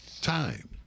time